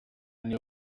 niyo